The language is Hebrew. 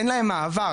אין להם מעבר,